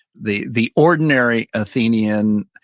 the the ordinary athenian,